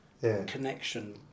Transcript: connection